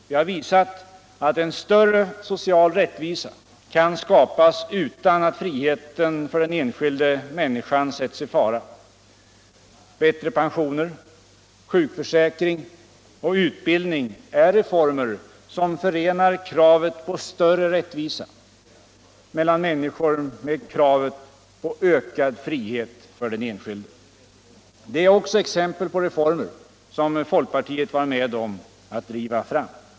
Vi har visat att en större social rättvisa kan skapas utan att friheten för den enskilda miinniskan sätts i fara. Bättre pensioner, sjukförsäkring och utbildning är reformer som förenar kravet på större rättvisa mellan minniskor med kravet på ökad frihet för den enskilde. Det är också exempel på reformer som folkpartiet varit med om att driva fram.